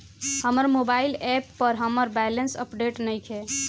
हमर mobile app पर हमर बैलेंस अपडेट नइखे